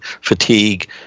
fatigue